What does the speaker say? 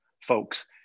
folks